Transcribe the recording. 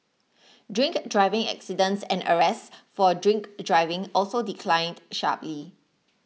drink driving accidents and arrests for drink driving also declined sharply